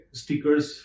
stickers